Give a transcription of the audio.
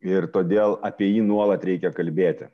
ir todėl apie jį nuolat reikia kalbėti